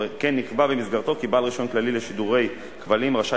וכן נקבע במסגרתו כי בעל רשיון כללי לשידורי כבלים רשאי